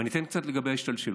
אני אתן קצת, לגבי ההשתלשלות: